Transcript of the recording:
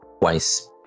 twice